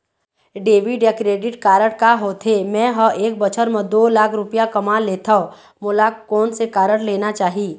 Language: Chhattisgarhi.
डेबिट या क्रेडिट कारड का होथे, मे ह एक बछर म दो लाख रुपया कमा लेथव मोला कोन से कारड लेना चाही?